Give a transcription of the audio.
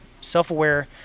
self-aware